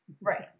Right